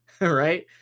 right